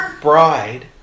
bride